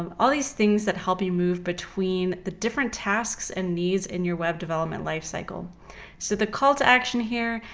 um all these things that help you move between the different tasks and needs in your web development life cycle. so the call to action here,